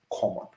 common